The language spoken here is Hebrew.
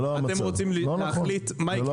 לא נכון.